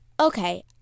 Okay